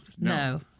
No